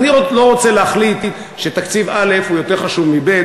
אני לא רוצה להחליט שתקציב א' הוא יותר חשוב מב',